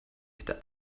hätte